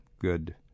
good